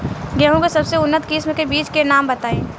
गेहूं के सबसे उन्नत किस्म के बिज के नाम बताई?